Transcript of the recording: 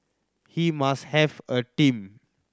he must have a team